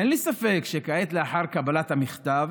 אין לי ספק שכעת, לאחר קבלת המכתב,